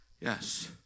Yes